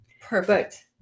Perfect